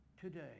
today